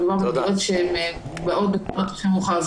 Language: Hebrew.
מדובר בעבירות שבאות בתקופה הכי מאוחרת.